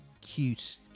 cute